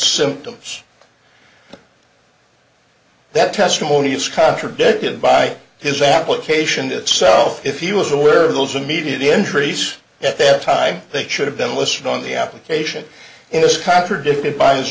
symptoms that testimony is contradicted by his application itself if he was aware of those immediate injuries at that time they should have been listed on the application it is contradicted by his